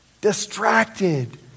distracted